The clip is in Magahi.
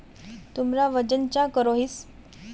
तुमरा वजन चाँ करोहिस?